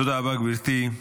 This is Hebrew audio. תודה רבה, גברתי.